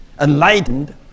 enlightened